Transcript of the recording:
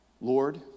Lord